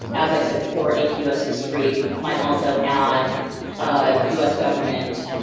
as i said, before ap u s. history might also add ah u s government,